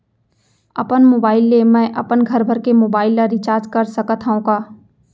अपन मोबाइल ले मैं अपन घरभर के मोबाइल ला रिचार्ज कर सकत हव का?